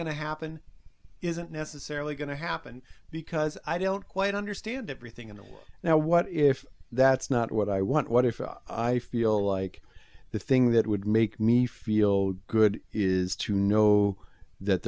to happen isn't necessarily going to happen because i don't quite understand everything until now what if that's not what i want what if i feel like the thing that would make me feel good is to know that